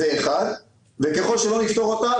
ככל שלא נפתור אותה,